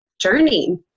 journey